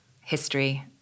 history